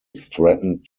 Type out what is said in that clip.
threatened